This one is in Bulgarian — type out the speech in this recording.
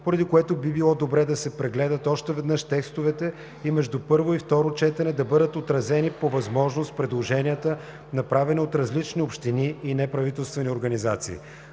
поради което би било добре да се прегледат още веднъж текстовете и между първо и второ четене да бъдат отразени по възможност предложенията, направени от различни общини и неправителствени организации.